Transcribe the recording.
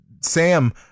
sam